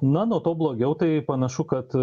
na nuo to blogiau tai panašu kad